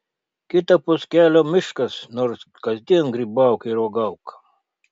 kitapus kelio miškas nors kasdien grybauk ir uogauk